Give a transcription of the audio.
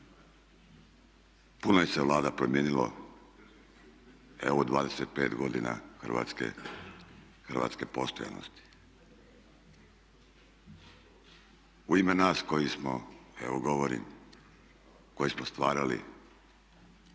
Puno se Vlada promijenilo evo u 25 godina hrvatske postojanosti. U ime nas koji smo, evo govorim koji smo stvarali Hrvatsku